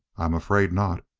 i'm afraid not.